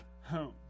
home